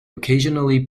occasionally